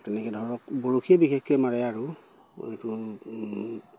তেনেকে ধৰক বৰশীয়ে বিশেষকে মাৰে আৰু এইটো